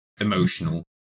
emotional